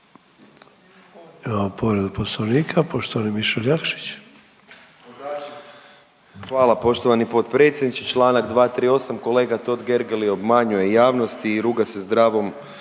Imamo povredu poslovnika poštovani Mišel Jakšić. **Jakšić, Mišel (SDP)** Hvala poštovani potpredsjedniče. Čl. 238., kolega Totgergeli obmanjuje javnost i ruga se zdravu